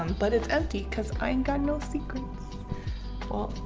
um but it's empty cuz i ain't got no secrets well